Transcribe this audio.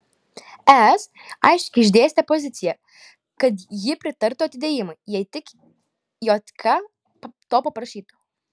es aiškiai išdėstė poziciją kad ji pritartų atidėjimui jei tik jk to paprašytų